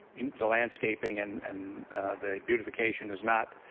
the landscaping and and the beautification is not